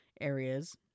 areas